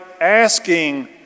asking